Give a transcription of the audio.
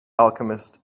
alchemist